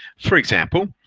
for example,